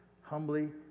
humbly